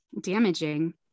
damaging